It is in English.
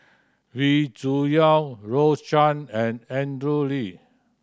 Wee Cho Yaw Rose Chan and Andrew Lee